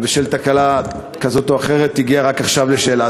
ובשל תקלה כזאת או אחרת הגיעה רק עכשיו למליאה,